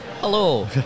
Hello